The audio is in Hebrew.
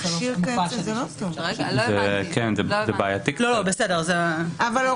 זה בעייתי, כי אם אתה